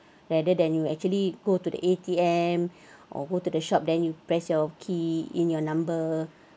rather than you actually go to the A_T_M or go to the shop then you press your key in your number